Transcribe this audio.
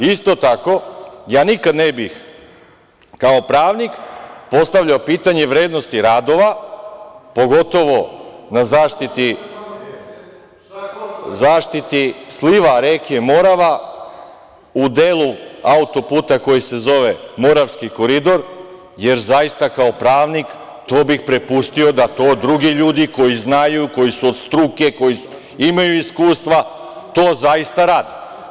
Isto tako, ja nikad ne bih kao pravnik postavljao pitanje vrednosti radova, pogotovo na zaštiti sliva reke Morava u delu autoputa koji se zove Moravski koridor, jer zaista kao pravnik bih to prepustio da drugi ljudi koji znaju, koji su od struke, koji imaju iskustva, to zaista rade.